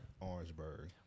Orangeburg